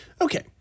Okay